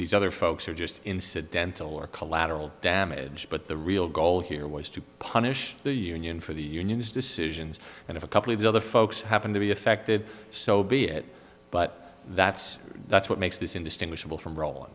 these other folks are just incidental or collateral damage but the real goal here was to punish the union for the unions decisions that if a couple of the other folks happen to be affected so be it but that's that's what makes this indistinguishable from rol